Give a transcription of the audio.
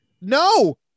no